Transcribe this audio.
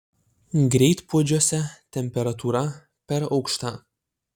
greitpuodžiuose temperatūra per aukšta